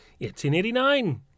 1889